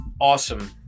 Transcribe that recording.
awesome